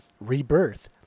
rebirth